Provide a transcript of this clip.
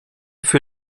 für